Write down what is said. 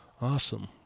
awesome